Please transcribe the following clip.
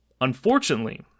unfortunately